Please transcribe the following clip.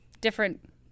different